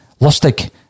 Lustig